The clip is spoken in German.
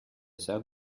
sehr